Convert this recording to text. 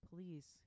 Please